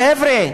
חבר'ה,